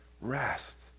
Rest